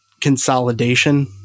consolidation